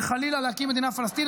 וחלילה להקים מדינה פלסטינית.